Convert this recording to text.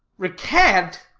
recant?